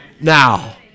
Now